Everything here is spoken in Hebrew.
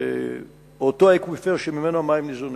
אותו אקוויפר שממנו המים ניזונים.